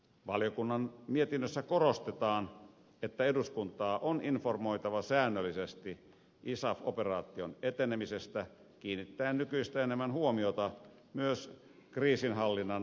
valiokunnan mietinnössä korostetaan että eduskuntaa on informoitava säännöllisesti isaf operaation etenemisestä kiinnittäen nykyistä enemmän huomiota myös kriisinhallinnan vaikuttavuuteen